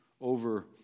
Over